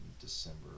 december